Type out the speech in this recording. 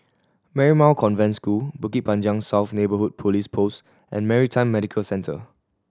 Marymount Convent School Bukit Panjang South Neighbourhood Police Post and Maritime Medical Centre